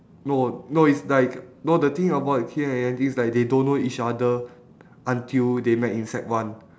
no no is like no the thing about ki-en and yan-ting is like they don't know each other until they met in sec one